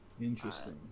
Interesting